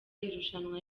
irushanwa